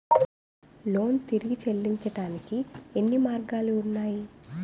Loan తిరిగి చెల్లించటానికి ఎన్ని మార్గాలు ఉన్నాయి?